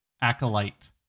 acolyte